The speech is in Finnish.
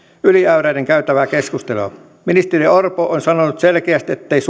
yli äyräiden käytävää keskustelua ministeri orpo on sanonut selkeästi ettei